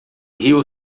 rio